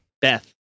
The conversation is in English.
Beth